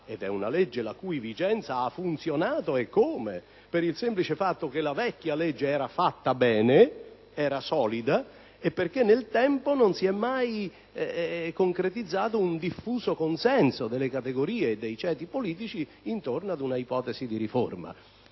ed è una legge che ha funzionato, eccome, per il semplice fatto che era fatta bene, era solida, mentre, nel tempo, non si è mai concretizzato un diffuso consenso delle categorie e dei ceti politici intorno ad un'ipotesi di riforma.